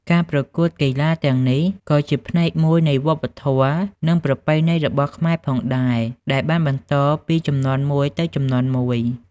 ការប្រកួតកីឡាទាំងនេះក៏ជាផ្នែកមួយនៃវប្បធម៌ និងប្រពៃណីរបស់ខ្មែរផងដែរ ដែលបានបន្តពីជំនាន់មួយទៅជំនាន់មួយ។